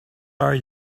are